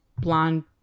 blonde